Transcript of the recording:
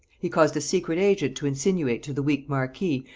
he caused a secret agent to insinuate to the weak marquis,